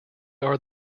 are